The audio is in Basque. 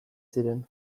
ziren